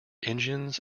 engines